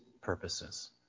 purposes